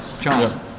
John